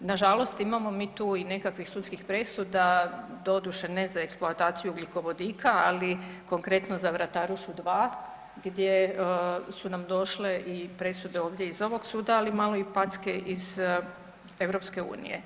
Nažalost imamo mi tu i nekakvih sudskih presuda doduše ne za eksploataciju ugljikovodika, ali konkretno za Vratarušu 2, gdje su nam došle i presude ovdje i s ovog suda, ali malo i packe iz EU.